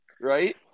right